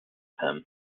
him